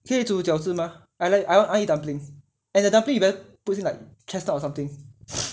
可以煮饺子吗 I lik~ I want eat dumpling and the dumplings you better put in like chestnut or something